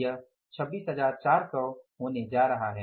यह 26400 होने जा रहा है